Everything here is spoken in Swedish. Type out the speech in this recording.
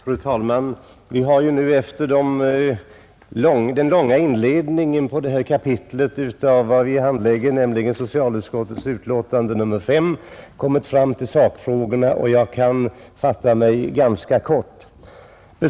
Fru talman! Vi har ju nu efter den långa inledningen av det kapitel som vi för ögonblicket handlägger, nämligen socialutskottets betänkande nr 5, kommit fram till sakfrågorna. Jag kan fatta mig ganska kort.